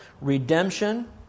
redemption